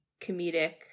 comedic